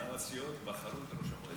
פעם הסיעות בחרו את ראש המועצה.